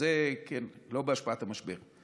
שזה לא באשמת המשבר.